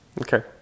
Okay